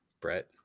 brett